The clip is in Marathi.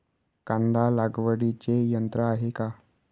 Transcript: कांदा लागवडीचे यंत्र आहे का?